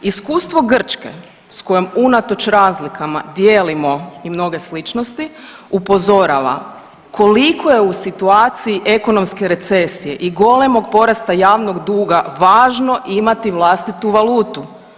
Iskustvo Grčke s kojom unatoč razlikama dijelimo i mnoge sličnosti upozorava koliko je u situaciji ekonomske recesije i golemog porasta javnog duga važno imati vlastitu valutu.